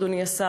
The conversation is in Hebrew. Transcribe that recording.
אדוני השר,